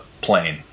plane